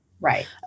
Right